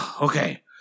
Okay